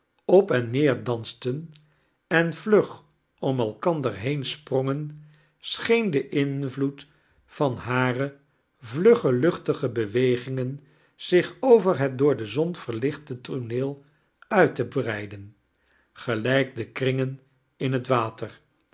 op en neer dansten en vlug om elkander heen sprongen soheen de invloed van hare vlugge luchtige bewegingen zich over het door de zon verliohte toonael uit te breiden gelijk de kringen in het water